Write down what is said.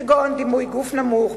כגון דימוי גוף נמוך,